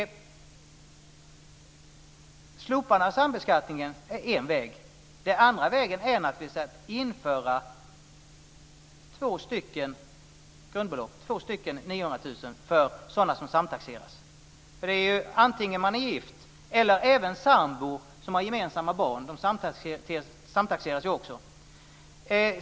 Slopandet av sambeskattningen är en väg. Den andra vägen är att införa två grundbelopp på 900 000 kr för sådana som samtaxeras. Antingen är man gift eller sambo med gemensamma barn - de samtaxeras ju också.